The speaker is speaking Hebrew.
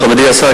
מכובדי השר,